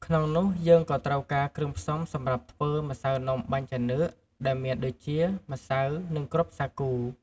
ក្នុងនោះយើងក៏ត្រូវការគ្រឿងផ្សំសម្រាប់ធ្វើម្សៅនំបាញ់ចានឿក ដែលមានដូចជា ម្សៅ និង គ្រាប់សាគូ។